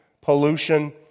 pollution